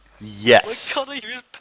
Yes